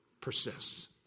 persists